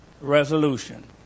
resolution